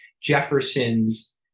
Jefferson's